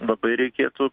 labai reikėtų